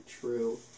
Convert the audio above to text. true